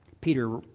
Peter